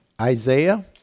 Isaiah